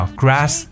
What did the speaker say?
grass